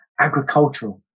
agricultural